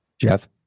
Jeff